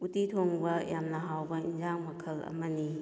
ꯎꯇꯤ ꯊꯣꯡꯕ ꯌꯥꯝꯅ ꯍꯥꯎꯕ ꯏꯟꯖꯥꯡ ꯃꯈꯜ ꯑꯃꯅꯤ